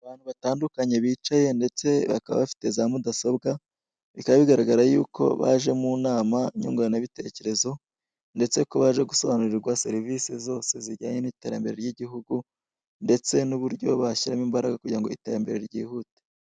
Abantu batandukanye bicaye ndetse bakaba bafite za mudasobwa bikaba bigaragara y'uko baje mu nama nyungurana bitecyerezo, ndetse ko baje gusobanurirwa serivise zose zijyanye n'iterambere ry'igihugu ndetse n'uburyo bashyiramo imbaraga kugira ngo iterambere ry'igihugu.